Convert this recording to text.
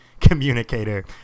communicator